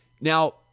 Now